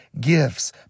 gifts